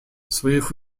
своих